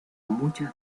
muchas